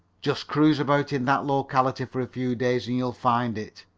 just cruise about in that locality for a few days and you'll find it.